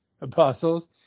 apostles